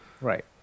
Right